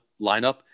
lineup